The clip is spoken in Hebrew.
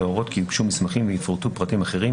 להורות כי יוגשו מסמכים ויפורטו פרטים אחרים,